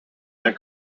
their